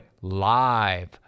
live